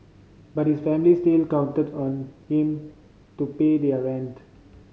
but his family still counted on him to pay their rent